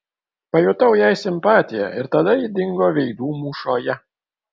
pajutau jai simpatiją ir tada ji dingo veidų mūšoje